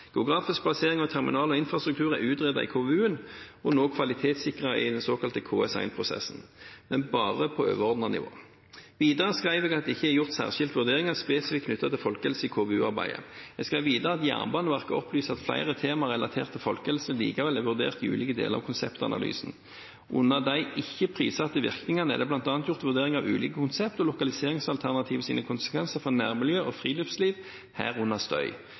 Geografisk plassering av terminal og infrastruktur er utredet i KVU-en, og nå kvalitetssikret i den såkalte KS1-prosessen, men bare på overordnet nivå. Videre skrev jeg: «Det er ikkje gjort særskilde vurderingar spesifikt knytt til folkehelse i KVU-arbeidet. Jernbaneverket opplyser at fleire tema relatert til folkehelse likevel er vurdert i ulike delar av konseptanalysen. Under dei ikkje prissette verknadene er det mellom anna gjort vurderingar av ulike konsept og lokaliseringsalternativ sine konsekvensar for nærmiljø og friluftsliv, her under støy.